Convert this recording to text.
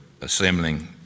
assembling